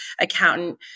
accountant